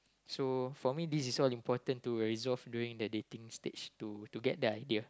so for me this is all important to resolve during the dating stage to to get the idea